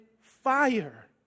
fire